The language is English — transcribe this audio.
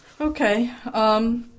Okay